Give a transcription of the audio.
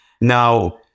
Now